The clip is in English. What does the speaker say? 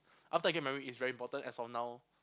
after I get married it's very important as of now